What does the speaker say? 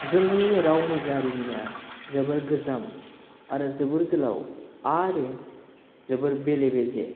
जोंनि रावनि जारिमिना जोबोर गोजाम आरो जोबोर गोलाउ आरो जोबोर बेले बेजे